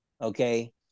okay